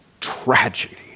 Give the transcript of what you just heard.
tragedy